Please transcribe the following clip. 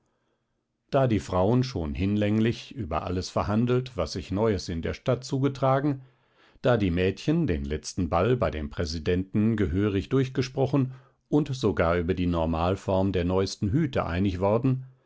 da die frauen schon hinlänglich über alles verhandelt was sich neues in der stadt zugetragen da die mädchen den letzten ball bei dem präsidenten gehörig durchgesprochen und sogar über die normalform der neuesten hüte einig worden